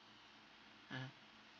mmhmm